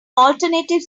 alternative